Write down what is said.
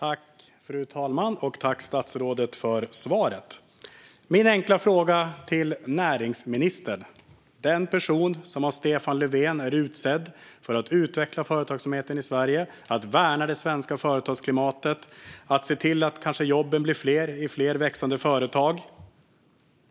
Fru talman! Jag tackar näringsministern för interpellationssvaret. Näringsministern är den person som av Stefan Löfven är utsedd för att utveckla företagsamheten i Sverige, värna det svenska företagsklimatet och se till att jobben blir fler i fler växande företag.